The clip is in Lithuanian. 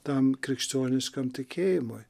tam krikščioniškam tikėjimui